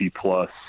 plus